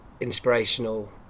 inspirational